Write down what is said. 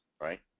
right